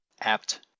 apt